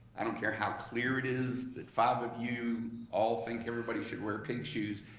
i don't care how clear it is that five of you all think everybody should wear pink shoes.